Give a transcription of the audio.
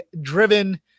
driven